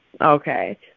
Okay